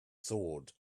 sword